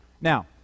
Now